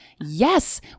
yes